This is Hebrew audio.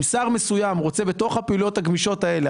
אם שר מסוים רוצה בתוך הפעילויות הגמישות האלו,